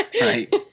Right